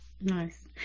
Nice